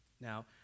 Now